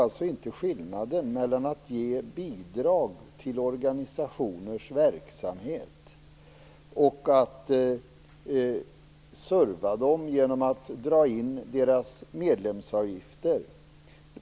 Han ser inte skillnaden mellan att ge bidrag till organisationers verksamhet och att serva dem genom att dra in deras medlemsavgifter.